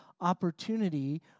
opportunity